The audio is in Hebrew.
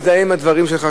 אני מזדהה עם הדברים שלך,